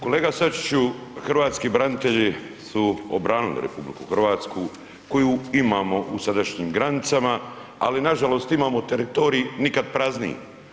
Kolega Sačiću, hrvatski branitelji su obranili RH koju imamo u sadašnjim granicama ali nažalost imamo teritorij nikad prazniji.